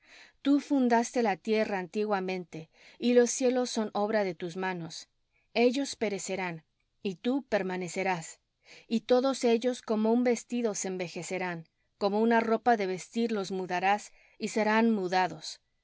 tú fundaste la tierra antiguamente y los cielos son obra de tus manos ellos perecerán y tú permanecerás y todos ellos como un vestido se envejecerán como una ropa de vestir los mudarás y serán mudados